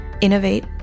innovate